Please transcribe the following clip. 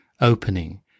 opening